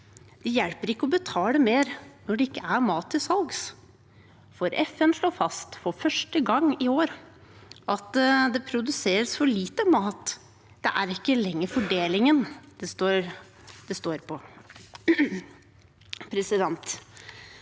Det hjelper ikke å betale mer når det ikke er mat til salgs. FN slår i år for første gang fast at det produseres for lite mat. Det er ikke lenger fordelingen det står på.